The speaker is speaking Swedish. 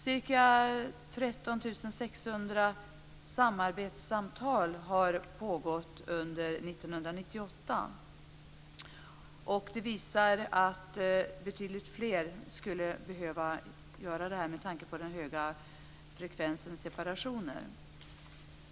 Ca 13 600 samarbetssamtal har pågått under 1998. Med tanke på den höga frekvensen av separationer visar detta att betydligt fler skulle behöva dessa samtal.